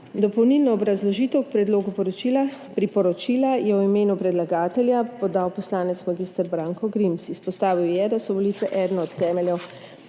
Dopolnilno obrazložitev k predlogu priporočila je v imenu predlagatelja podal poslanec mag. Branko Grims. Izpostavil je, da so volitve eden od temeljev